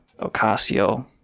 Ocasio